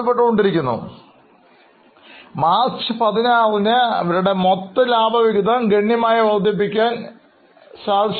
അതിനാൽ മാർച്ച് 16ന് അവരുടെ മൊത്ത ലാഭവിഹിതം ഗണ്യമായി വർധിപ്പിക്കാൻ അവർക്ക് കഴിഞ്ഞു